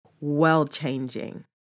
world-changing